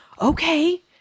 okay